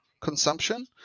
consumption